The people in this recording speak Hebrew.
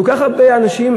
כל כך הרבה אנשים,